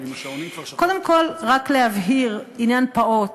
קודם כול, רק להבהיר עניין פעוט,